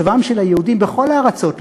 מצבם של היהודים בכל הארצות,